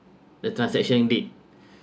the transaction date